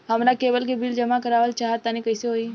हमरा केबल के बिल जमा करावल चहा तनि कइसे होई?